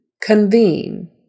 convene